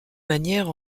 manière